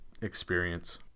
experience